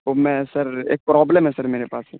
وہ میں سر ایک پروبلم ہے سر میرے پاس